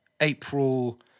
april